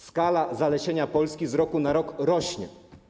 Skala zalesienia Polski z roku na rok rośnie.